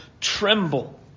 tremble